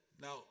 Now